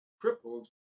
crippled